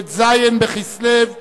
ט"ז בכסלו התשע"א,